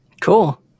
Cool